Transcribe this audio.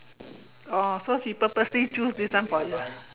oh so she purposely choose this one for you lah